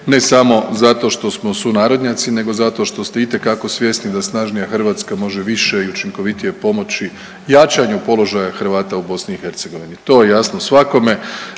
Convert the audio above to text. ne samo zato što smo sunarodnjaci nego zato što ste itekako svjesni da snažnija Hrvatska može više i učinkovitije pomoći jačanju položaja Hrvata u BiH. To je jasno svakome.